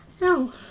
No